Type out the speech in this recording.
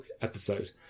episode